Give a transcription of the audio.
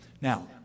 Now